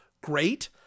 great